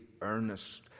earnest